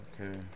Okay